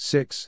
Six